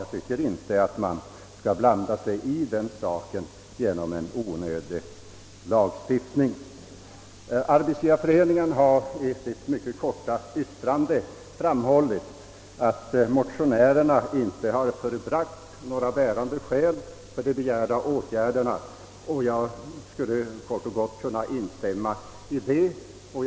Jag tycker inte att vi skall ingripa med en onödig lagstiftning i denna punkt. Svenska arbetsgivareföreningen har i sitt mycket korta remissyttrande framhållit, att motionärerna inte har förebragt några bärande skäl för de begärda åtgärderna, och jag skulle helt kort kunna instämma i detta uttalande.